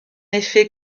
effet